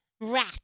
rat